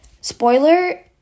spoiler